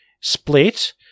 split